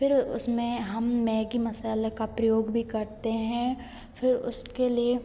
फिर उसमें हम मैगी मसाले का प्रयोग भी करते हैं फिर उसके लिए